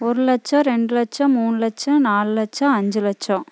ஒரு லட்சம் ரெண்டு லட்சம் மூணு லட்சம் நாலு லட்சம் அஞ்சு லட்சம்